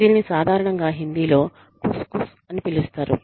దీనిని సాధారణంగా హిందీలో ఖుస్ ఖుస్ అని పిలుస్తారు